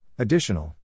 Additional